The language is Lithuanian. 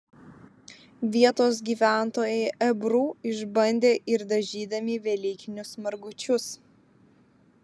vietos gyventojai ebru išbandė ir dažydami velykinius margučius